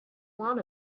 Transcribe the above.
want